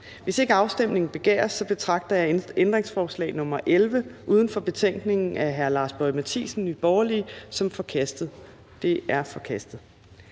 Hvis ikke afstemning begæres, betragter jeg ændringsforslag nr. 9 og 10 uden for betænkningen af Lars Boje Mathiesen (NB) som forkastet. De er forkastet.